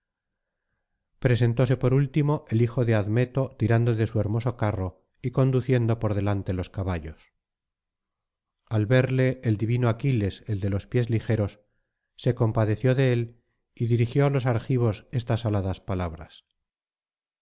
presentóse por último el hijo de admeto tirando de su hermoso carro y conduciendo por delante los caballos al verle el divino aquiles el de los pies ligeros se compadeció de él y dirigió á los argivos estas aladas palabras